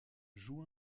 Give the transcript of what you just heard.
joua